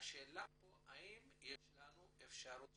האם יש לנו אפשרות